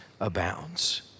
abounds